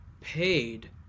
paid